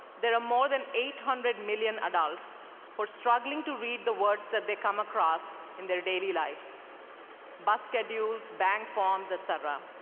there are more than eight hundred million adults who are struggling to read the words that they come across in their daily lives bus schedules, bank forms, et cetera.